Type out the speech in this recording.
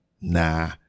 nah